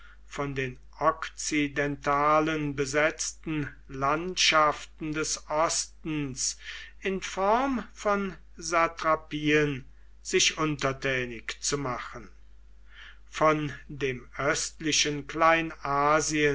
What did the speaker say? von den okzidentalen besetzten landschaften des ostens in form von satrapien sich untertänig zu machen von dem östlichen